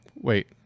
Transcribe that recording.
wait